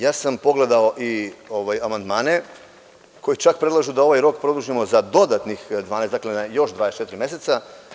Ja sam pogledao i amandmane, koji čak predlažu da ovaj rok produžimo za dodatnih 12, znači na još 24 meseca.